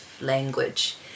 language